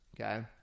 okay